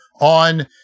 on